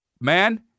Man